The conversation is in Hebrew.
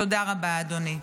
תודה רבה, אדוני.